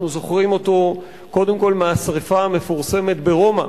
אנחנו זוכרים אותו קודם כול מהשרפה המפורסמת ברומא,